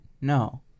no